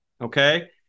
okay